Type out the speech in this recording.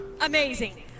Amazing